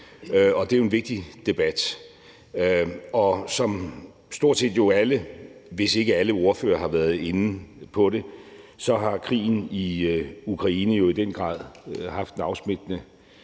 og det er jo en vigtig debat. Som stort set alle – hvis ikke alle – ordførere har været inde på, har krigen i Ukraine jo i den grad haft en afsmittende